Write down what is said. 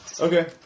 Okay